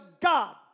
God